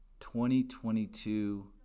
2022